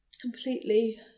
Completely